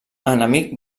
enemic